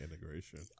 integration